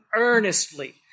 earnestly